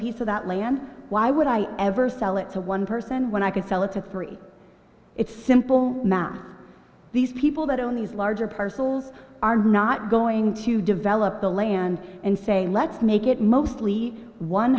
piece of that land why would i ever sell it to one person when i could sell it to three it's simple math these people that own these larger parcels are not going to develop the land and say let's make it mostly one